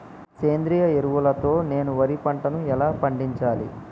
సేంద్రీయ ఎరువుల తో నేను వరి పంటను ఎలా పండించాలి?